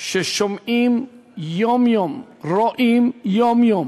ששומעים יום-יום, רואים יום-יום